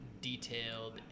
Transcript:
detailed